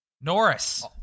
Norris